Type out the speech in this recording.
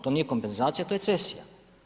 To nije kompenzacija, to je cesija.